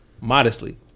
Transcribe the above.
modestly